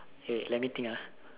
wait let me think ah